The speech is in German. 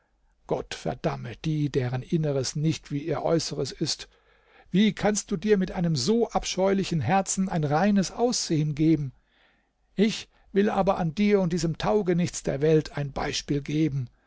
gott verdamme die deren inneres nicht wie ihr äußeres ist wie kannst du dir mit einem so abscheulichen herzen ein reines aussehen geben ich will aber an dir und diesem taugenichts der welt ein beispiel geben